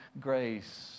grace